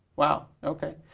wow, okay.